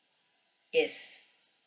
yes